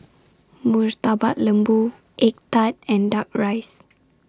Murtabak Lembu Egg Tart and Duck Rice